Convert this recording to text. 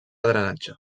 drenatge